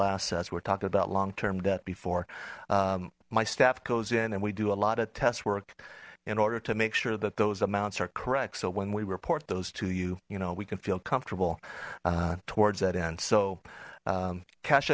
assets we're talking about long term debt before my staff goes in and we do a lot of test work in order to make sure that those amounts are correct so when we report those to you you know we can feel comfortable towards that end so cash